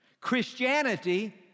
Christianity